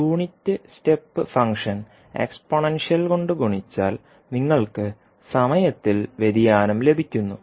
unit step function exponential കൊണ്ട് ഗുണിച്ചാൽ നിങ്ങൾക്ക് സമയത്തിൽ വ്യതിയാനം ലഭിക്കുന്നു